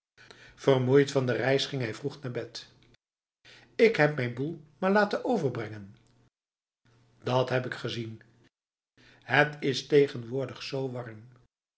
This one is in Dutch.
vermoeid van de reis ging hij vroeg naar bed ik heb mijn boel maar laten overbrengenf dat heb ik gezien het is tegenwoordig zo